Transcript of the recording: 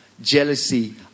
jealousy